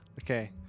Okay